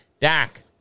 Dak